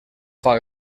farà